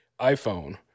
iPhone